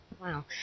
Wow